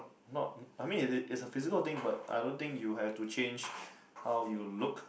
not I mean is it it's a physical thing but I don't think you have to change how you look